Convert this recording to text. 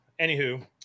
anywho